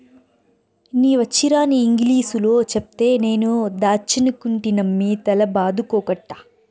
నీ వచ్చీరాని ఇంగిలీసులో చెప్తే నేను దాచ్చనుకుంటినమ్మి తల బాదుకోకట్టా